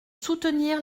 soutenir